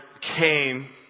came